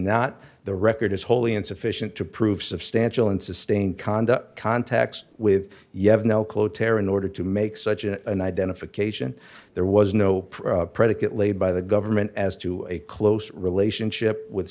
not the record is wholly insufficient to prove substantial and sustained conduct contacts with you have no terror in order to make such a identification there was no predicate laid by the government as to a close relationship with